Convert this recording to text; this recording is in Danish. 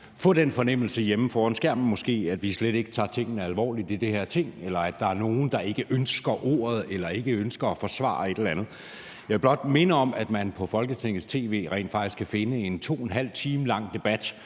få den fornemmelse derhjemme foran skærmen, at vi slet ikke tager tingene alvorligt i det her Ting, eller at der er nogle, der ikke ønsker ordet eller ikke ønsker at forsvare et eller andet. Jeg vil blot minde om, at man på Folketingets tv-kanal rent faktisk kan finde en 2½ time lang debat